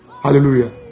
hallelujah